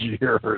years